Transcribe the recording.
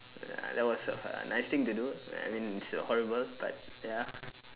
uh that was a nice thing to do I mean it is horrible but ya